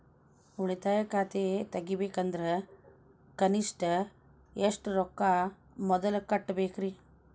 ಉಳಿತಾಯ ಖಾತೆ ತೆಗಿಬೇಕಂದ್ರ ಕನಿಷ್ಟ ಎಷ್ಟು ರೊಕ್ಕ ಮೊದಲ ಕಟ್ಟಬೇಕ್ರಿ?